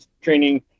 training